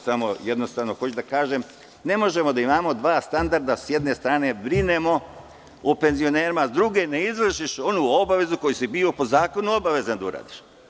Samo hoću da kažem – ne možemo da imamo dva standarda, s jedne strane brinemo o penzionerima, a s druge ne izvršimo onu obavezu koja je bila po zakonu obavezna da se uradi.